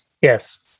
Yes